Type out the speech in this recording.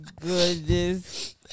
goodness